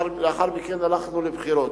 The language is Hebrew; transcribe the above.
ולאחר מכן הלכנו לבחירות.